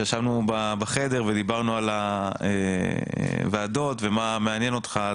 כשישבנו בחדר ודיברנו על הוועדות ומה מעניין אותך,